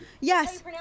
yes